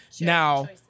Now